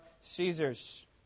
Caesar's